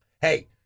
hey